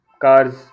cars